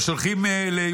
מתחילים לבוא למלחמה.